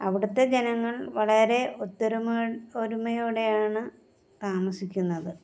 അവിടത്തെ ജനങ്ങൾ വളരെ ഒത്തൊരുമ ഒരുമയോടെയാണ് താമസിക്കുന്നത്